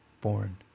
born